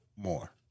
more